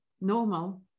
normal